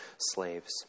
slaves